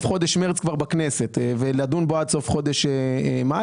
חודש מרס בכנסת ולדון בו עד סוף חודש מאי.